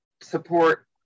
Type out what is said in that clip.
support